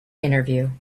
interview